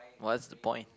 what's the point